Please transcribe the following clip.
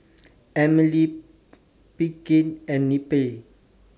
Emily Pinkie and Neppie